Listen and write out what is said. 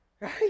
Right